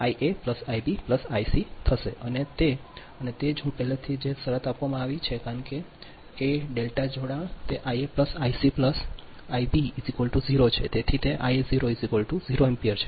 હવે અને તે છે અને તે જ હું પહેલેથી જ તે શરત આપવામાં આવી છે કારણ કે A જોડાણ તે Ia Ib Içis 0 છે તેથી તે Ia0 0 એમ્પીયર છે